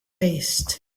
paste